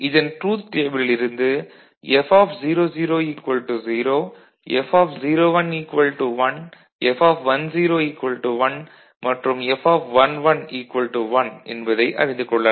இதன் ட்ரூத் டேபிளில் இருந்து F00 0 F01 1 F10 1 மற்றும் F11 1 என்பதை அறிந்து கொள்ளலாம்